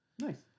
nice